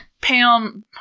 Pam